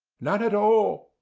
none at all,